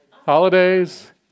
Holidays